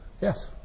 yes